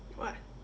what